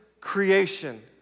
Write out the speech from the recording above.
creation